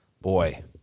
Boy